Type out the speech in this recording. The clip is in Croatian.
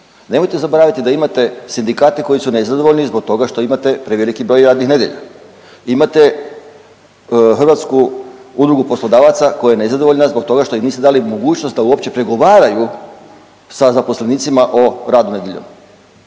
Nemojte zaboraviti da imate sindikate koji su nezadovoljni zbog toga što imate preveliki broj radnih nedjelja, imate HUP koja je nezadovoljna zbog toga što im niste dali mogućnost da uopće pregovaraju sa zaposlenicima o radu nedjeljom.